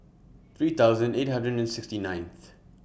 three thousand eight hundred and sixty ninth